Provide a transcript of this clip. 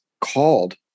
called